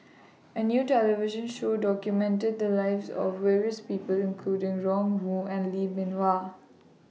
A New television Show documented The Lives of various People including Ron Wong and Lee Bee Wah